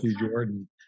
Jordan